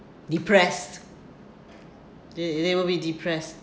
depressed they they will be depressed